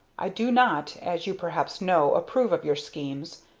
i do not, as you perhaps know, approve of your schemes.